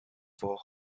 for